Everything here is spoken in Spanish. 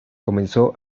comenzó